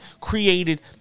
created